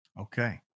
Okay